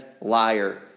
liar